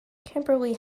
kimberly